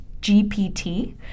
GPT